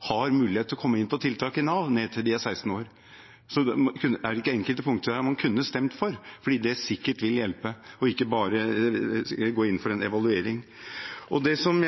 har mulighet til å komme inn på tiltak i Nav. Er det ikke enkelte punkter her man kunne stemt for, fordi det sikkert vil hjelpe – ikke bare gå inn for en evaluering? Hvis man